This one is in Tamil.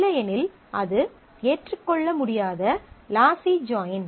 இல்லையெனில் அது ஏற்றுக்கொள்ள முடியாத லாஸி ஜாயின்